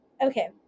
Okay